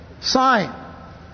sign